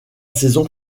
saison